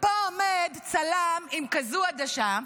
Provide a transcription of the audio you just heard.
פה עומד צלם עם כזאת עדשה,